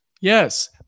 Yes